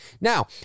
now